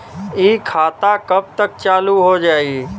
इ खाता कब तक चालू हो जाई?